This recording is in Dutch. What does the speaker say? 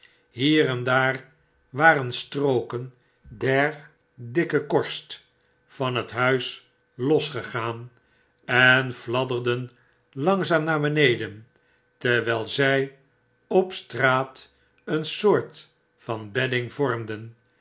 hier en daar waren strooken der dikke korst van het huis losgegaan en fladderden langzaam naar beneden terwijl zy op straat een soort van bedding vormden